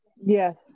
Yes